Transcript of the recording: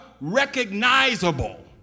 recognizable